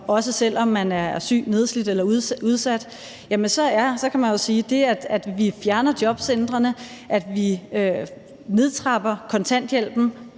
også selv om man er syg, nedslidt eller udsat, så kan man sige, at det, at vi fjerner jobcentrene, og at vi nedtrapper kontanthjælpen